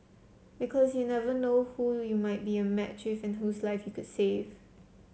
because you never know who you might be a match with and whose life you could save